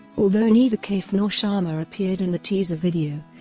although neither kaif nor sharma appeared in the teaser video,